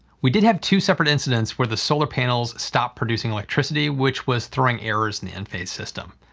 we did have two separate incidents where the solar panels stopped producing electricity, which was throwing errors in the enphase system.